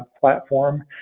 platform